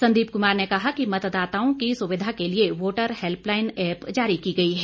संदीप कुमार ने कहा कि मतदाताओं की सुविधा के लिए वोटर हैल्पलाईन एप्प जारी की गई है